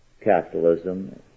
capitalism